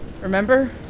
Remember